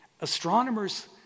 astronomers